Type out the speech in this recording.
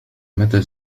متى